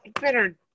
better